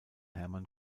hermann